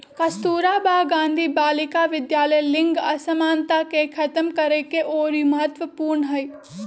कस्तूरबा गांधी बालिका विद्यालय लिंग असमानता के खतम करेके ओरी महत्वपूर्ण हई